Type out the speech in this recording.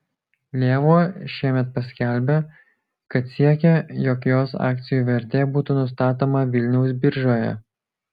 lėvuo šiemet paskelbė kad siekia jog jos akcijų vertė būtų nustatoma vilniaus biržoje